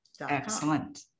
Excellent